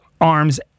arms